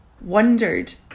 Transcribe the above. wondered